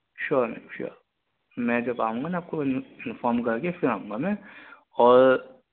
sure sure میں جب آؤں گا نا آپ کو انفام کر کے پھر آؤں گا میں اور